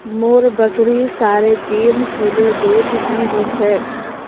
मोर बकरी साढ़े तीन किलो दूध दी छेक